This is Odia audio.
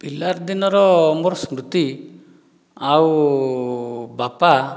ପିଲା ଦିନର ମୋର ସ୍ମୃତି ଆଉ ବାପା